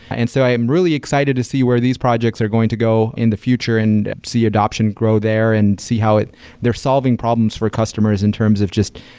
and so i am really excited to see where these projects are going to go in the future and see adaption grow there and see how they're solving problems for customers in terms of just,